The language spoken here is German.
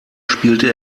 spielte